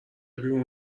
بیرون